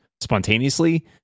spontaneously